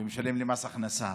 ומשלם למס הכנסה,